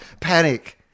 Panic